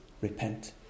repent